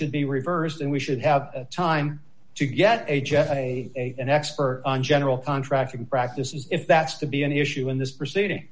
should be reversed and we should have time to get an expert on general contracting practices if that's to be an issue in this proceeding